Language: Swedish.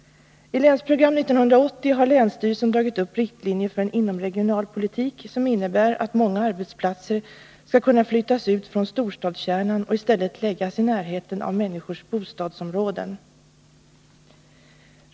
I Länsprogram 1980 har länsstyrelsen dragit upp riktlinjer för en inomregional politik som innebär att många arbetsplatser skall kunna flyttas ut från storstadskärnan och i stället läggas i närheten av människors bostadsområden.